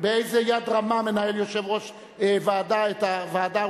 באיזה יד רמה מנהל יושב-ראש ועדה את הוועדה,